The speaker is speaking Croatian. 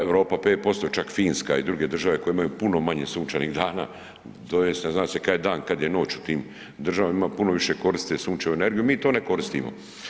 Europa 5%, čak Finska i druge države koje imaju puno manje sunčanih dana tj. ne zna se kad je dan kad je noć u tim državama, ima puno više koristi od sunčevu energiju, mi to ne koristimo.